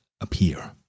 appear